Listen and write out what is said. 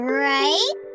right